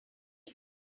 mail